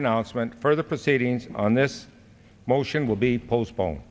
announcement for the proceedings on this motion will be postpone